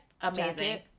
Amazing